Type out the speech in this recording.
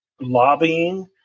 lobbying